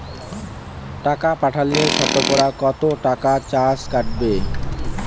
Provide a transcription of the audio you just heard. টাকা পাঠালে সতকরা কত টাকা চার্জ কাটবে?